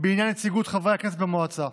בעניין נציגות חברי הכנסת במועצה.